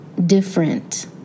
Different